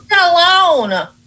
alone